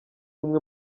umwe